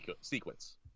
sequence